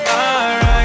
alright